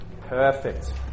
Perfect